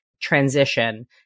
transition